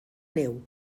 neu